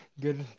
good